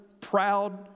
proud